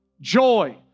joy